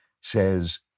says